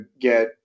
get